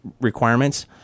requirements